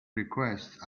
request